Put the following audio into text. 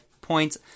points